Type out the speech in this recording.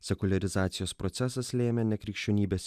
sekuliarizacijos procesas lėmė ne krikščionybės